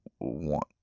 want